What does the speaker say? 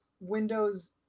windows